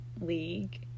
League